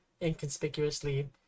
inconspicuously